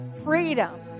Freedom